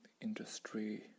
industry